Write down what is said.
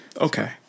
okay